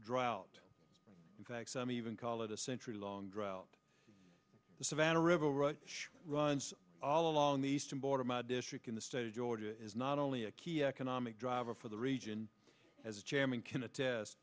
drought in fact some even call it a century long drought the savannah river right sure runs along the eastern border my district in the state of georgia is not only a key economic driver for the region as a chairman can attest